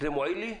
זה מועיל לי?